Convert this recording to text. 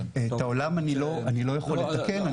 את העולם אני לא יכול לתקן.